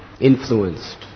influenced